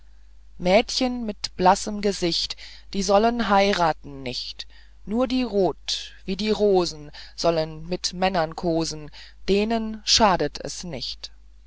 mädchen mit blassem gesicht die sollen heiraten nicht nur die rott wie die rosen sollen mitt männern kosen denen schadett es nicht